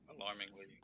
alarmingly